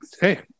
Hey